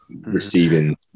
receiving